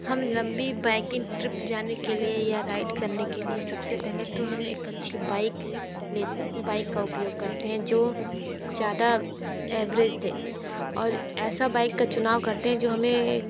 हम लंबी biking trip जाने के लिए या राइड करने के लिए सब से पहले तो हम एक अच्छी बाइक ले बाइक का उपयोग करते हैं जो ज़्यादा एवरेज दे और ऐसी बाइक का चुनाव करते हैं जो हमें